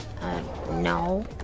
no